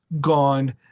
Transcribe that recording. gone